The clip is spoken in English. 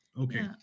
okay